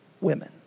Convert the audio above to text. women